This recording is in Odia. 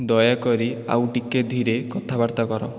ଦୟାକରି ଆଉ ଟିକେ ଧୀରେ କଥାବାର୍ତ୍ତା କର